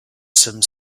some